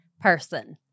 person